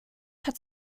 hat